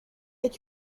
est